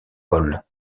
paul